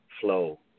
flow